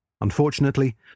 Unfortunately